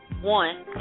One